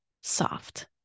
soft